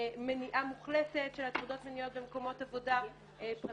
מניעה מוחלטת של הטרדות מיניות במקומות עבודה פרטיים,